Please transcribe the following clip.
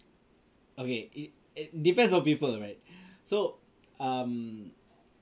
tapi okay it it depends on people right so um